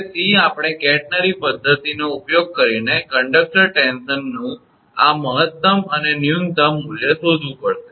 હવે c આપણે catenary પદ્ધતિનો ઉપયોગ કરીને કંડક્ટર ટેન્શનનું આ મહત્તમ અને ન્યૂનતમ મૂલ્ય શોધવું પડશે